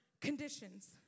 conditions